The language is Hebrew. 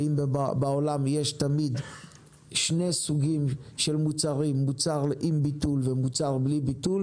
ואם בעולם יש שני סוגים של מוצרים מוצר עם ביטול ומוצר בלי ביטול